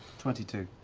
twenty two.